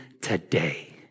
today